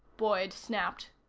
boyd snapped.